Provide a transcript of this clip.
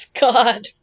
God